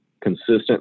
consistent